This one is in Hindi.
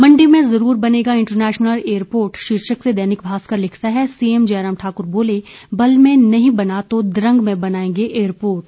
मंडी में जरूर बनेगा इंटरनेशनल एयरपोर्ट शीर्षक से दैनिक भास्कर लिखता है सीएम जयराम ठाकुर बोले बल्ह में नहीं बना तो द्रंग में बनाएंगे एयरपोर्ट